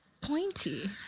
pointy